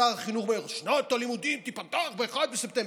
שר החינוך אומר: שנת הלימודים תיפתח ב-1 בספטמבר.